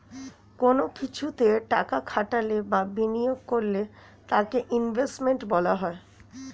কোন কিছুতে টাকা খাটালে বা বিনিয়োগ করলে তাকে ইনভেস্টমেন্ট বলা হয়